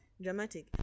dramatic